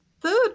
third